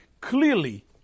clearly